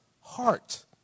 heart